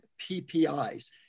PPIs